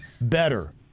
better